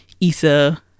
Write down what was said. Issa